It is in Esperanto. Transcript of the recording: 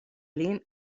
lin